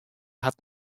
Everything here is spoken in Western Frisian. hat